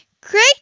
Great